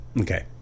okay